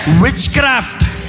witchcraft